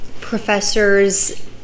professor's